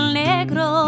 negro